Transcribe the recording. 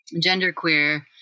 genderqueer